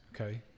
Okay